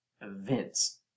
events